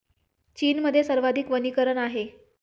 चीनमध्ये सर्वाधिक वनीकरण आहे